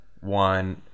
one